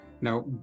now